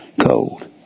Cold